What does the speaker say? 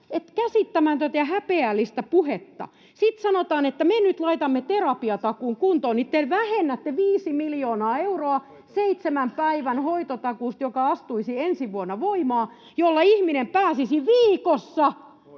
Käsittämätöntä ja häpeällistä puhetta. Sitten kun sanotaan, että me nyt laitamme terapiatakuun kuntoon, niin te vähennätte 5 miljoonaa euroa seitsemän päivän hoitotakuusta, joka astuisi ensi vuonna voimaan, jolla ihminen pääsisi viikossa